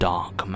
Dark